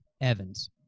Evans